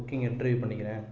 புக்கிங்கை retrieve பண்ணிக்கிறேன்